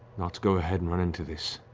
not to go ahead and run into this